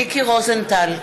מיקי רוזנטל,